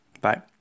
Bye